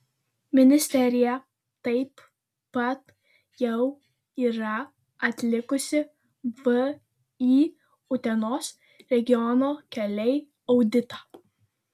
ministerija taip pat jau yra atlikusi vį utenos regiono keliai auditą